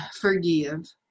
forgive